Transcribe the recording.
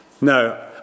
No